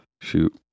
Shoot